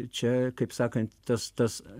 čia kaip sakant tas tas